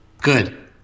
Good